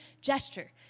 gesture